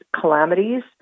calamities